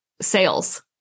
sales